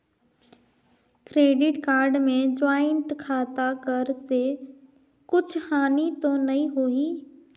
Credit card मे joint खाता कर से कुछ हानि तो नइ होही?